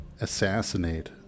assassinate